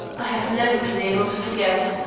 i have never been able to forget.